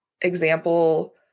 example